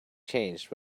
changed